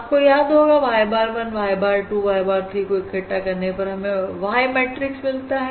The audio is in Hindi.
आपको याद होगा y bar 1 y bar 2 y bar 3 को इकट्ठा रखने पर हमें Y मैट्रिक्स मिलता है